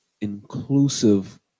inclusive